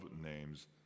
names